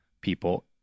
people